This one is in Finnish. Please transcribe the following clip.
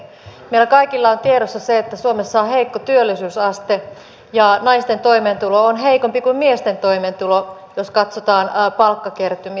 meillä kaikilla on tiedossa se että suomessa on heikko työllisyysaste ja naisten toimeentulo on heikompi kuin miesten toimeentulo jos katsotaan palkkakertymiä